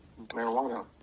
marijuana